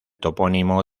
topónimo